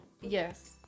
Yes